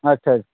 আচ্ছা